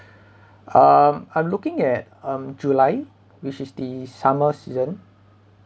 um I'm looking at um july which is the summer season